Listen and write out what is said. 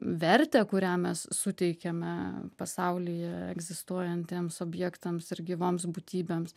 vertę kurią mes suteikiame pasaulyje egzistuojantiems objektams ir gyvoms būtybėms